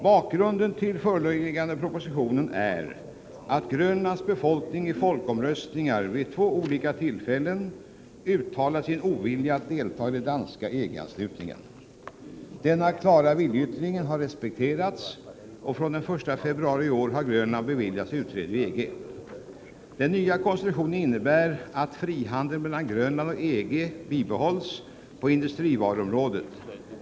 Bakgrunden till den föreliggande propositionen är att Grönlands befolkning vid två olika tillfällen i folkomröstningar uttalat sin ovilja att delta i den danska EG-anslutningen. Denna klara viljeyttring har respekterats, och från den 1 februari i år har Grönland beviljats utträde ur EG. Den nya konstruktionen innebär att frihandel mellan Grönland och EG bibehålls på industrivaruområdet.